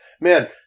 Man